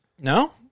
No